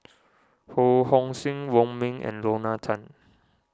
Ho Hong Sing Wong Ming and Lorna Tan